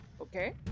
Okay